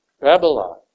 Babylon